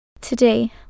Today